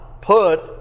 put